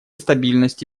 стабильность